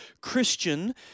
Christian